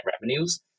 revenues